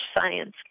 science